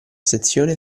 sezione